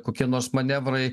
kokie nors manevrai